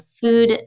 food